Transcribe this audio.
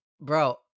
Bro